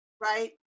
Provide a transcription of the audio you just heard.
Right